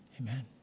Amen